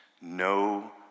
no